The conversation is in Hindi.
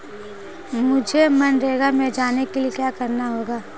मुझे मनरेगा में जाने के लिए क्या करना होगा?